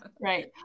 right